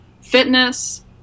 fitness